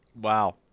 Wow